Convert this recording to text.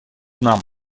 нам